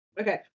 Okay